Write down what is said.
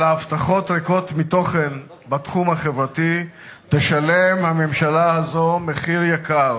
על ההבטחות הריקות מתוכן בתחום החברתי תשלם הממשלה הזאת מחיר יקר